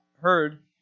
heard